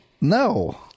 No